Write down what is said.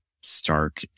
stark